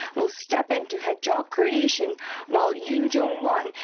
will step in to head job creation while yoon jong-won,